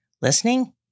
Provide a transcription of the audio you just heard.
listening